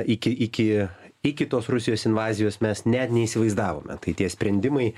iki iki iki tos rusijos invazijos mes net neįsivaizdavome tai tie sprendimai